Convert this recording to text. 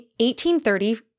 1830